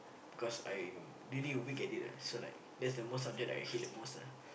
because I'm really weak at it ah so like that's the most subject that I hate the most ah